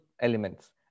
elements